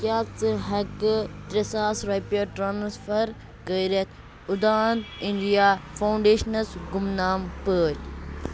کیٛاہ ژٕ ہٮ۪کہٕ ترٛےٚ ساس رۄپیہِ ٹرٛانسفر کٔرِتھ اُڑان اِنٛڈیا فاوُنٛڈیشنَس گُمنام پٲٹھۍ